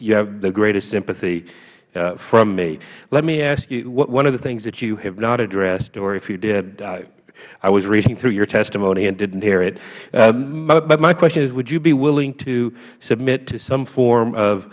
you have the greatest sympathy from me let me ask you one of the things that you have not addressed or if you did i was reading through your testimony and didn't hear it but my question is would you be willing to submit to some form of